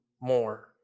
more